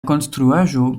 konstruaĵo